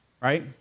Right